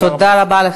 תודה רבה.